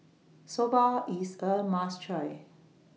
Soba IS A must Try